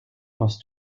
pense